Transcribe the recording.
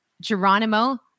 Geronimo